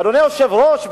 אדוני היושב-ראש,